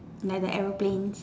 like the aeroplanes